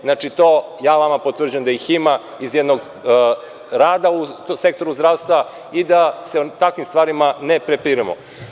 Znači, ja vama potvrđujem da ih ima iz jednog rada u sektoru zdravstva i da se o takvim stvarima ne prepiremo.